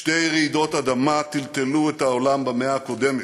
שתי רעידות אדמה טלטלו את העולם במאה הקודמת.